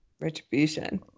retribution